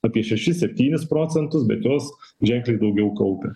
apie šešis septynis procentus bet jos ženkliai daugiau kaupia